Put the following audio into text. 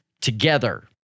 together